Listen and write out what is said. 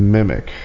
Mimic